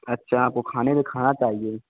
अच्छा आपको खाने में खाना चाहिए